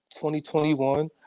2021